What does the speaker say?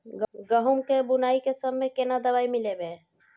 गहूम के बुनाई के समय केना दवाई मिलैबे?